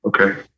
Okay